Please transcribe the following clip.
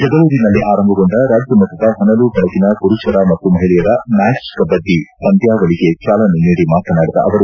ಜಗಳೂರಿನಲ್ಲಿ ಆರಂಭಗೊಂಡ ರಾಜ್ಯಮಟ್ಟದ ಹೊನಲು ಬೆಳಕಿನ ಪುರುಷ ಮತ್ತು ಮಹಿಳೆಯರ ಮ್ಯಾಟ್ ಕಬಡ್ಡಿ ಪಂದ್ಯಾವಳಿಗೆ ಚಾಲನೆ ನೀಡಿ ಮಾತನಾಡಿದ ಅವರು